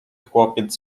chłopiec